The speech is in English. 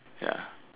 ya